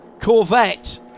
Corvette